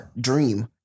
dream